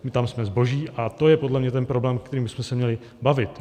My tam jsme zboží a to je podle mě ten problém, o kterém bychom se měli bavit.